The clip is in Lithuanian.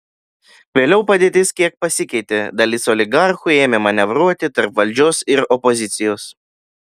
vėliau padėtis kiek pasikeitė dalis oligarchų ėmė manevruoti tarp valdžios ir opozicijos